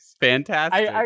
Fantastic